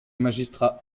magistrats